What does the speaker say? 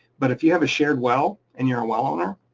but if you have a shared well and you're a well owner,